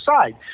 side